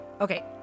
Okay